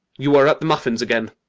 you are at the muffins again!